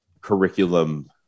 curriculum